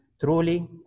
truly